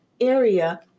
area